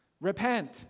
repent